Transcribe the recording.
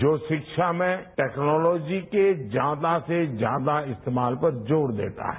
जो शिक्षा में टेक्नोलॉजी के ज्यादा से ज्यादा इस्तेमाल पर जोर देता है